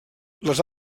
les